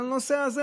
מהנושא הזה